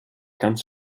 ganz